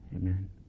Amen